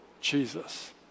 Jesus